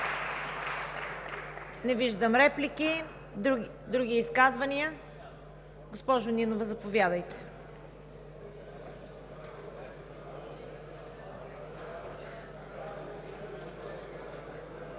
Не виждам. Други изказвания? Госпожо Нинова, заповядайте.